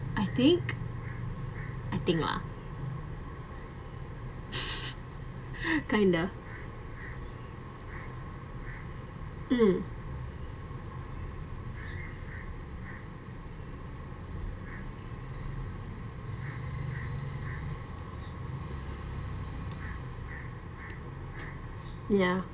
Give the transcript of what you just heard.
I think I think lah kind of mm ya